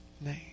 name